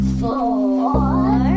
four